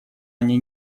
они